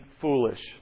foolish